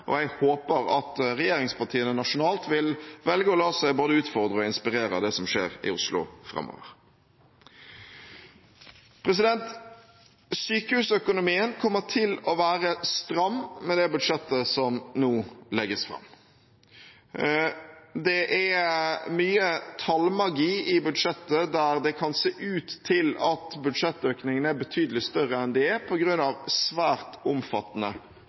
og jeg håper at regjeringspartiene nasjonalt vil velge å la seg både utfordre og inspirere av det som skjer i Oslo framover. Sykehusøkonomien kommer til å være stram med det budsjettet som nå legges fram. Det er mye tallmagi i budsjettet der det kan se ut til at budsjettøkningene er betydelig større enn de er på grunn av svært omfattende